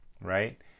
right